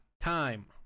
time